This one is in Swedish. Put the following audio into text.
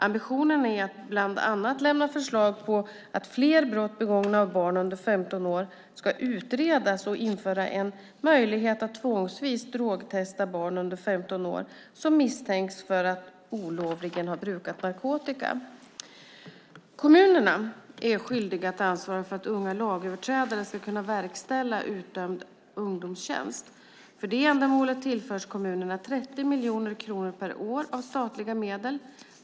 Ambitionen är att bland annat lämna förslag på att fler brott begångna av barn under 15 år ska utredas och införa en möjlighet att tvångsvis drogtesta barn under 15 år som misstänks för att olovligen ha brukat narkotika. Kommunerna är skyldiga att ansvara för att unga lagöverträdare ska kunna verkställa utdömd ungdomstjänst. För detta ändamål tillförs kommunerna 30 miljoner kronor per år av statliga medel.